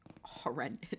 horrendous